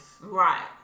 Right